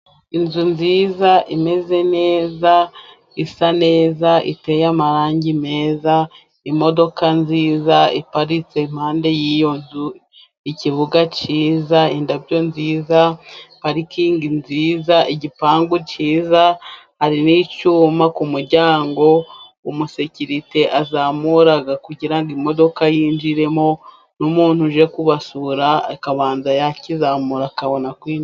Inzu nziza imeze neza isa neza iteye amarangi meza, imodoka nziza iparitse iruhande rw'iyo nzu ikibuga cyiza indabyo nziza parikingi nziza, igipangu cyiza hari n'icyuma ku muryango umusekirite azamura kugira ngo imodoka yinjiremo, n'umuntu uje kubasura akabanza yakizamura akabona kwinji.....